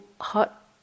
hot